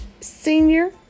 senior